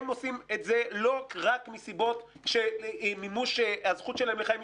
הם עושים את זה לא רק מסיבות של מימוש הזכות שלהם לחיי משפחה.